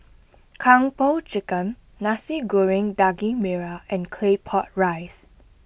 Kung Po Chicken Nasi Goreng Daging Merah and Claypot Rice